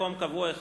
ההודעה התקבלה.